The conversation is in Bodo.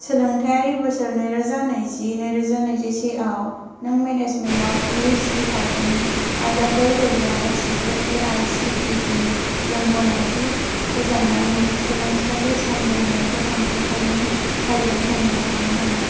सोलोंथायारि बोसोर नैरोजा नैजि नैरोजा नैजिसेयाव नों मेनेजमेन्टआव इउ जि थाखोनि आयदाफोर होग्रा गासिबो A I C T E जों गनायथि होजानाय मुलुगसोलोंसालि सामलायनाय फसंथानफोरनि फारिलाइ होनो हागोन नामा